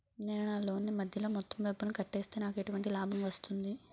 నేను నా లోన్ నీ మధ్యలో మొత్తం డబ్బును కట్టేస్తే నాకు ఎటువంటి లాభం వస్తుంది?